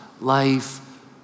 Life